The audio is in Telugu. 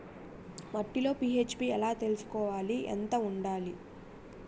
మట్టిలో పీ.హెచ్ ఎలా తెలుసుకోవాలి? ఎంత మోతాదులో వుండాలి?